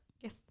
yes